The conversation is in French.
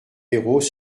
héros